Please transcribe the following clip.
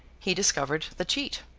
he discovered the cheat.